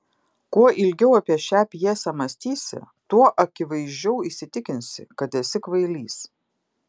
kuo ilgiau apie šią pjesę mąstysi tuo akivaizdžiau įsitikinsi kad esi kvailys